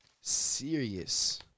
serious